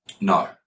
No